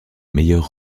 meilleurs